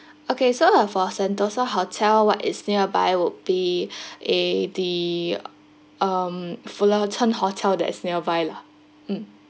okay sir uh sentosa hotel what is nearby would be a the um fullerton hotel that's nearby lah mm